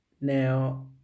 Now